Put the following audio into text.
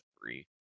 three